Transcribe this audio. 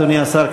אדוני השר,